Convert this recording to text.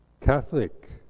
Catholic